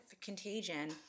contagion